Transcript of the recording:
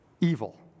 evil